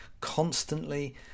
constantly